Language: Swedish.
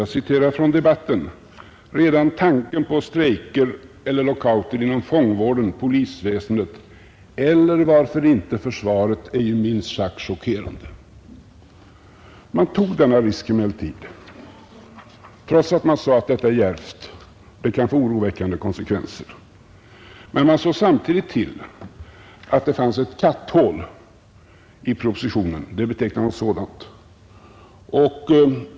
Jag citerar från debatten: ”Redan tanken på strejker eller lockouter inom fångvården, polisväsendet eller, varför inte, försvaret är ju minst sagt chockerande.” Man tog emellertid denna risk, trots att man sade att det var djärvt och kunde få oroväckande konsekvenser. Man såg dock samtidigt till att det fanns ett katthål i propositionen. Det betecknas som ett sådant.